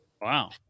Wow